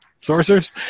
sorcerers